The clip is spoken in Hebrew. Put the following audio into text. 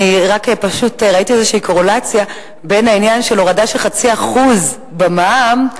אני רק פשוט ראיתי איזו קורלציה בין ההורדה של 0.5% במע"מ,